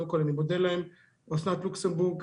אני קודם כל מודה להם, אסנת לוקסנבורג,